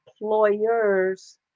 employer's